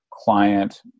client